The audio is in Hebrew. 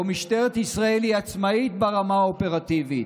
שבו משטרת ישראל היא עצמאית ברמה האופרטיבית,